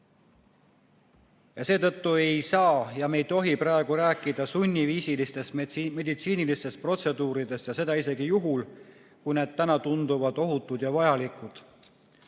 Seetõttu ei saa ega tohi me praegu rääkida sunniviisilistest meditsiinilistest protseduuridest, seda isegi juhul, kui need täna tunduvad ohutud ja vajalikud.